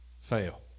fail